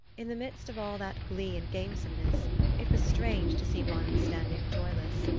in the midst of all that glee and gamesomeness it was strange to see one standing joyless.